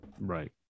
Right